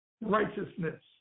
righteousness